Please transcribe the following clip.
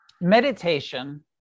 Meditation